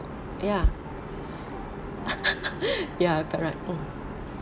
ya ya correct oh